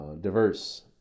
diverse